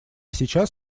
сейчас